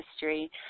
history